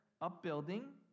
upbuilding